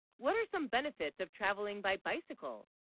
what are some benefits of travelling by, bicycle